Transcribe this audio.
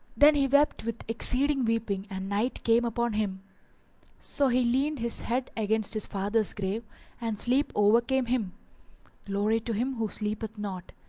then he wept with exceeding weeping and night came upon him so he leant his head against his father's grave and sleep overcame him glory to him who sleepeth not!